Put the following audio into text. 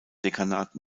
dekanat